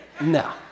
No